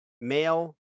male